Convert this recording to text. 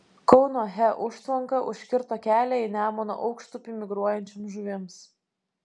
kauno he užtvanka užkirto kelią į nemuno aukštupį migruojančioms žuvims